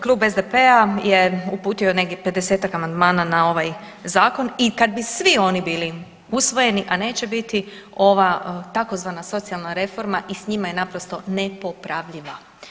Klub SDP-a je uputio negdje 50-ak amandmana na ovaj zakon i kad bi svi oni bili usvojeni, a neće biti, ova, tzv. socijalna reforma i s njima je naprosto nepopravljiva.